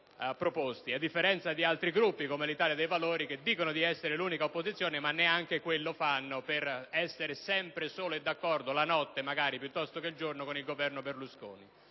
a differenza di altri Gruppi, come l'Italia dei Valori, che dicono di essere l'unica opposizione ma neanche quello fanno, per essere sempre e solo d'accordo - magari la notte piuttosto che il giorno - con il Governo Berlusconi.